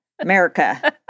America